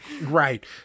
Right